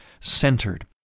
centered